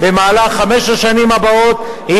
היא